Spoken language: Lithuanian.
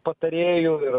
patarėju ir